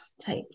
type